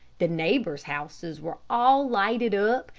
the neighbors' houses were all lighted up,